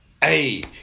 Hey